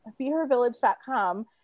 behervillage.com